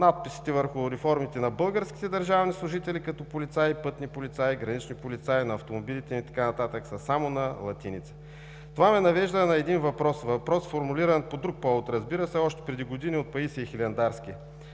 надписите върху униформите на българските държавни служители, като полицаи, пътни полицаи, гранични полицаи, на автомобилите им и така нататък, са само на латиница. Това ме навежда на един въпрос, формулиран по друг повод, разбира се, още преди години от Паисий Хилендарски